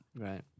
Right